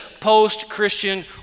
post-Christian